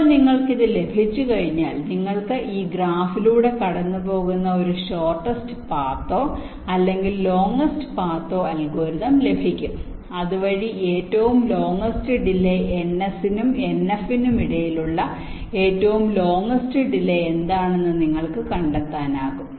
ഇപ്പോൾ നിങ്ങൾക്ക് ഇത് ലഭിച്ചുകഴിഞ്ഞാൽ നിങ്ങൾക്ക് ഈ ഗ്രാഫിലൂടെ കടന്നുപോകുന്ന ഒരു ഷോർട്ടസ്റ് പാത്തോ അല്ലെങ്കിൽ ലോങ്സ്റ് പാത്തോ അൽഗോരിതം ലഭിക്കും അതുവഴി ഏറ്റവും ലോങ്സ്റ് ഡിലെ ns നും nf നും ഇടയിലുള്ള ഏറ്റവും ലോങ്സ്റ് ഡിലെ എന്താണെന്ന് നിങ്ങൾക്ക് കണ്ടെത്താനാകും